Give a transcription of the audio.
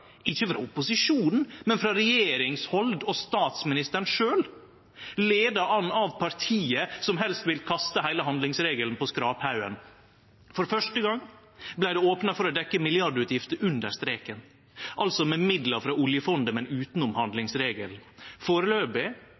ikkje av opposisjonen, men frå regjeringshald og av statsministeren sjølv, og i føringa er partiet som helst vil kaste heile handlingsregelen på skraphaugen. For første gong vart det opna for å dekkje milliardutgifter under streken, altså med midlar frå oljefondet, men utanom handlingsregelen. Foreløpig, og eg understrekar foreløpig,